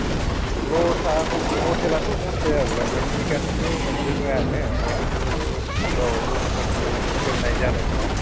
ओ लसा हटेलाथ' हटेल ओ माने गासैबो मोनजोबो आरो ओमफ्राय खिन्थु औ रुमफोरखौ दोननाय जानाय नङा